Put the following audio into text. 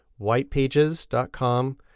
whitepages.com